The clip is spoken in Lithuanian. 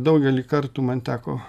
daugelį kartų man teko